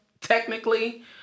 technically